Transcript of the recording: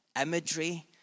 imagery